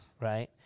right